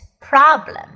problem